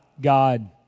God